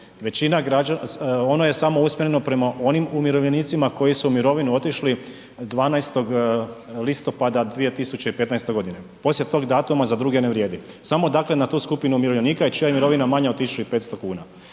većina građana, ono je samo usmjereno prema onim umirovljenicima koji su u mirovinu otišli 12. listopada 2015. godine, poslije tog datuma za druge ne vrijedi. Samo dakle na tu skupinu umirovljenika i čija je mirovina manja od 1.500 kuna.